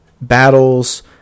Battles